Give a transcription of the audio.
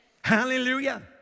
Hallelujah